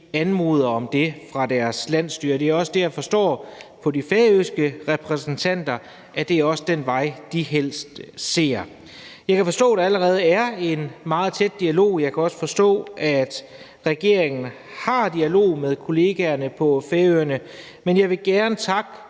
anmoder om det fra deres landsstyre. Jeg forstår også på de færøske repræsentanter, at det er den vej, de helst ser. Jeg kan forstå, at der allerede er en meget tæt dialog. Jeg kan også forstå, at regeringen har en dialog med kollegaerne på Færøerne. Men jeg vil gerne takke